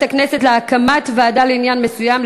ועדת הכנסת להקים ועדה לעניין מסוים,